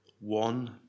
One